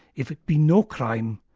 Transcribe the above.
if it be no crime,